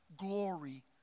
glory